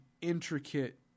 intricate